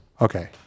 Okay